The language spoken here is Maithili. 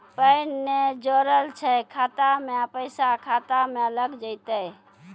पैन ने जोड़लऽ छै खाता मे पैसा खाता मे लग जयतै?